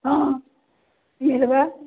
ହଁ ଦେଇ ଦେବା